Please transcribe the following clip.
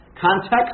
context